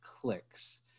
clicks